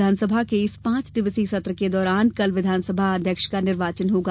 विधानसभा के इस पांच दिवसीय सत्र के दौरान कल विधानसभा अध्यक्ष का निर्वाचन होगा